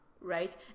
right